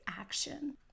action